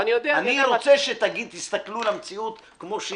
אני רוצה שתסתכלו למציאות כמות שהיא.